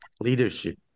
leadership